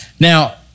Now